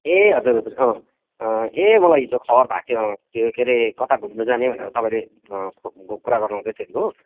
ए हजुर हजुर अँ ए मलाई हिजो खबर भएको थियो अँ त्यो के अरे कता घुम्नु जाने भनेर तपाईँले कुरा गर्नुहुँदै थियो अरे हो